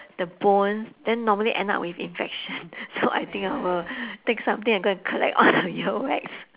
the bone then normally end up with infection so I think I will take something and go and collect all the earwax